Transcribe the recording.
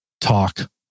talk